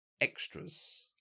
extras